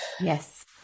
Yes